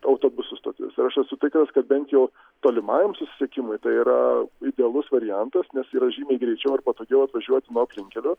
autobusų stotis ir aš esu tikras kad bent jau tolimajam susisiekimui tai yra idealus variantas nes yra žymiai greičiau ir patogiau atvažiuoti nuo aplinkelio